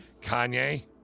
Kanye